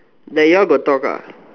like you all got talk ah